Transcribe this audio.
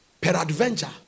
Peradventure